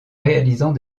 réalisant